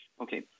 Okay